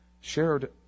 shared